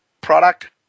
product